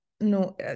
no